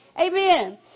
Amen